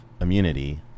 immunity